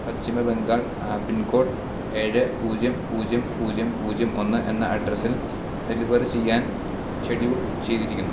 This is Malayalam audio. പശ്ചിമബംഗാൾ പിൻ കോഡ് ഏഴ് പൂജ്യം പൂജ്യം പൂജ്യം പൂജ്യം ഒന്ന് എന്ന അഡ്രസ്സിൽ ഡെലിവറി ചെയ്യാൻ ഷെഡ്യൂൾ ചെയ്തിരിക്കുന്നു